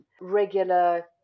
regular